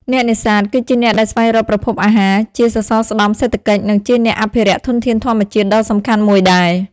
អ្នកនេសាទ គឺជាអ្នកដែលស្វែងរកប្រភពអាហារ ជាសសរស្តម្ភសេដ្ឋកិច្ច និងជាអ្នកអភិរក្សធនធានធម្មជាតិដ៏សំខាន់មួយដែរ។